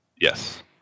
Yes